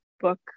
book